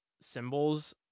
symbols